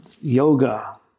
yoga